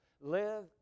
live